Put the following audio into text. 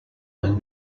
and